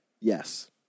Yes